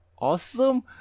awesome